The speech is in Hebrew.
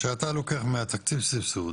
שאתה לוקח מהתקציב סבסוד